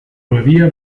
abadía